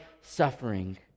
suffering